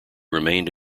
remained